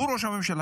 הוא ראש הממשלה.